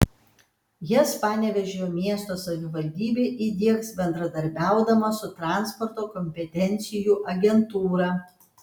jas panevėžio miesto savivaldybė įdiegs bendradarbiaudama su transporto kompetencijų agentūra